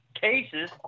cases